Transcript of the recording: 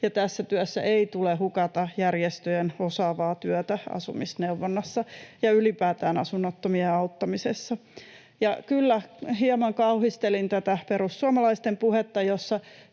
tässä työssä ei tule hukata järjestöjen osaavaa työtä asumisneuvonnassa ja ylipäätään asunnottomien auttamisessa. Ja kyllä hieman kauhistelin tätä perussuomalaisten puhetta,